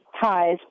ties